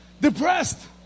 depressed